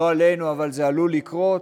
לא עלינו, אבל זה עלול לקרות,